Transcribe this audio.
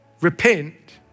repent